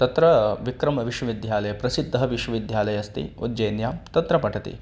तत्र विक्रमविश्वविद्यालयः प्रसिद्धः विश्वविद्यालयः अस्ति उज्जेन्यां तत्र पठति